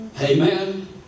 Amen